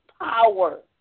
power